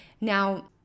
Now